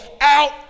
out